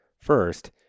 First